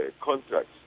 contracts